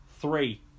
Three